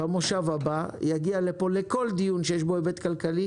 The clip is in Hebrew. במושב הבא יגיע לכל דיון שיש בו היבט כלכלי